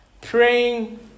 praying